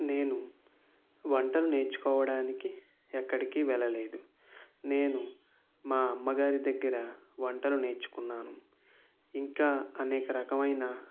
నేను వంటలు నేర్చుకోవడానికి ఎక్కడికి వెళ్ళలేదు నేను మా అమ్మ గారి దగ్గర వంటలు నేర్చుకున్నాను ఇంకా అనేక రకమైన